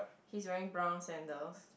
he is wearing brown sandals